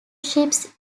ships